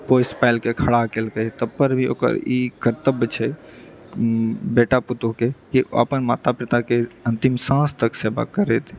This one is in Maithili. पोसि पालि कऽ खड़ा केलकै तब पर भी ओकर ई कर्तव्य छै बेटा पुतहुँ के ओ अपन माता पिताके अन्तिम साँस तक सेवा करैत